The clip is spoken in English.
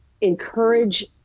encourage